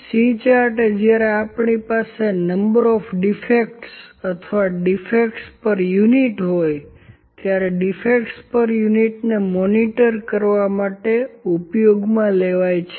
C charts એ જ્યારે આપણી પાસે નંબર ઓફ ડીફેક્ટ્સ અથવા ડીફેક્ટ્સ પર યુનિટ હોય ત્યારે ડીફેક્ટ્સ પર યુનિટને મોનિટર કરવા માટે ઉપયોગમાં લેવાય છે